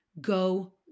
go